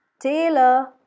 tailor